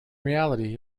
reality